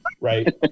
right